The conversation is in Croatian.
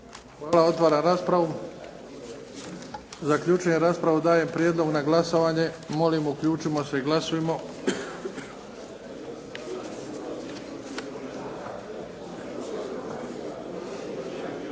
Hvala. Otvaram raspravu. Zaključujem raspravu. Dajem prijedlog na glasovanje. Molim uključimo se i glasujmo.